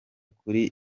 kuri